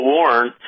Warren